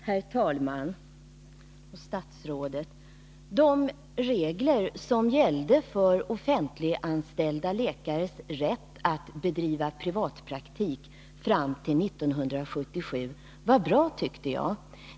Herr talman! Jag tycker att de regler som gällde, fru statsråd, fram till 1977 för offentliganställda läkares rätt att bedriva privatpraktik var bra.